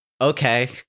okay